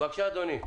בבקשה, אדוני.